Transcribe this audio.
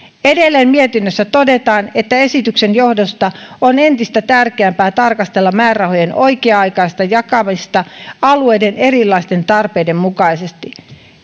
edelleen mietinnössä todetaan että esityksen johdosta on entistä tärkeämpää tarkastella määrärahojen oikea aikaista jakamista alueiden erilaisten tarpeiden mukaisesti